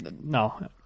no